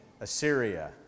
Assyria